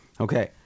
Okay